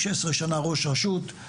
16 שנה ראש רשות,